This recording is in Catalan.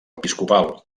episcopal